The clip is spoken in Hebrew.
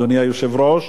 אדוני היושב-ראש,